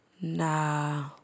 Nah